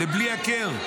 לבלי הכר.